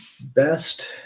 best